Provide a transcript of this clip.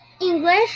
English